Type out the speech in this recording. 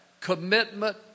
commitment